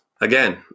Again